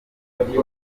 abatutsi